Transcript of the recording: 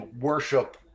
worship